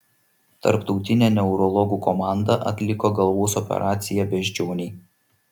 tarptautinė neurologų komanda atliko galvos operaciją beždžionei